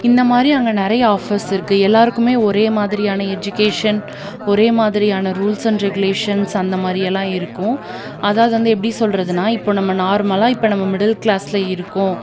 இந்தமாதிரி அங்கே நிறைய ஆஃபர்ஸ் இருக்குது எல்லோருக்குமே ஒரே மாதிரியான எஜுகேஷன் ஒரே மாதிரியான ரூல்ஸ் அண்ட் ரெகுலேஷன்ஸ் அந்தமாதிரியெல்லாம் இருக்கும் அதாவது வந்து எப்படி சொல்கிறதுன்னா இப்போது நம்ம நார்மலாக இப்போ நம்ம மிடில் கிளாஸில் இருக்கோம்